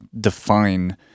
define